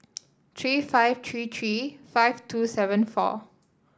three five three three five two seven four